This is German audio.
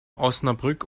osnabrück